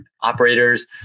operators